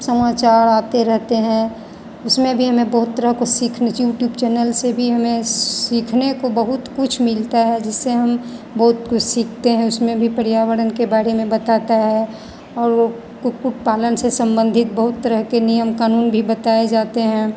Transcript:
समाचार आते रहते हैं उसमें भी हमें बहुत तरह को सीखने यूट्यूब चैनल से भी हमें सीखने को बहुत कुछ मिलता है जिससे हम बहुत कुछ सीखते हैं उसमें भी पर्यावरण के बारे में बताता है और वो कुक्कुट पालन से सम्बंधित बहुत तरह के नियम कानून भी बताए जाते हैं